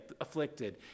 afflicted